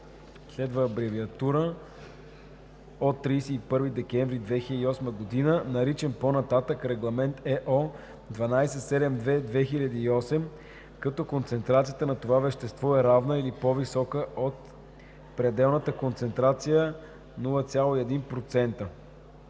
(OB, L 353/1 от 31 декември 2008 г.), наричан по-нататък „Регламент (ЕО) № 1272/2008“, като концентрацията на това вещество е равна или по-висока от пределната концентрация от 0,1%.